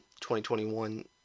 2021